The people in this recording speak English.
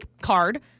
card